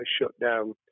shutdown